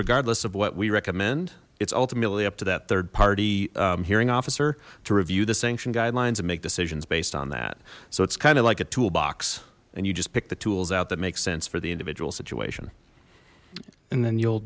regardless of what we recommend it's ultimately up to that third party hearing officer to review the sanction guy and make decisions based on that so it's kind of like a tool box and you just pick the tools out that makes sense for the individual situation and then you'll